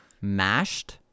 Mashed